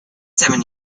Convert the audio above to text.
seven